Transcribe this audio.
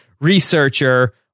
researcher